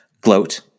gloat